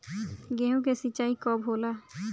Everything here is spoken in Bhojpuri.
गेहूं के सिंचाई कब होला?